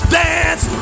dance